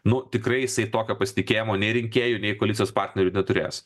nu tikrai jisai tokio pasitikėjimo nei rinkėjų nei koalicijos partnerių neturės